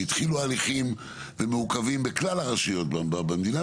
שהתחילו הליכים והם מעוכבים בכלל הרשויות במדינה?